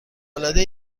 العاده